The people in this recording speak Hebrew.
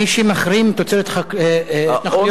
מי שמחרים תוצרת התנחלויות,